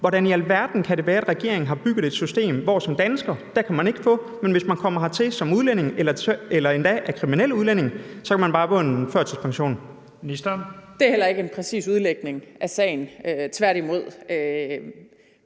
Hvordan i alverden kan det være, at regeringen har bygget et system, hvor man som dansker ikke kan få, men hvis man kommer hertil som udlænding eller endda er kriminel udlænding, kan man bare få tilkendt en førtidspension? Kl. 15:15 Første næstformand (Leif Lahn Jensen):